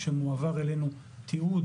כשמועבר אלינו תיעוד,